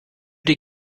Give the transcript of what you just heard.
die